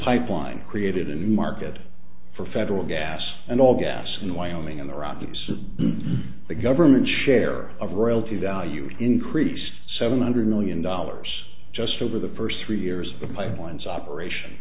pipeline created a new market for federal gas and all gas in wyoming in the rockies the government share of royalty value increased seven hundred million dollars just over the first three years